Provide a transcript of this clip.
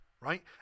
right